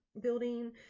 building